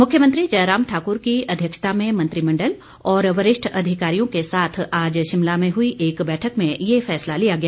मुख्यमंत्री जयराम ठाकुर की अध्यक्षता में मंत्रिमंडल और वरिष्ठ अधिकारियों के साथ आज शिमला में हुई एक बैठक में ये फैसला लिया गया